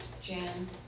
Jan